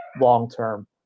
long-term